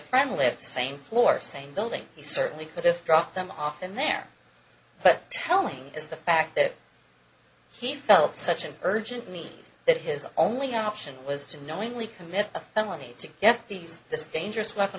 friend lives same floor same building he certainly could have dropped them off in there but telling is the fact that he felt such an urgent need that his only option was to knowingly commit a felony to get these this dangerous weapon